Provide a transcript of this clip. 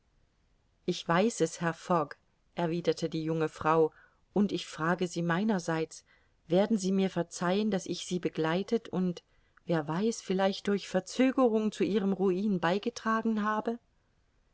ich weiß es herr fogg erwiderte die junge frau und ich frage sie meinerseits werden sie mir verzeihen daß ich sie begleitet und wer weiß vielleicht durch verzögerung zu ihrem ruin beigetragen habe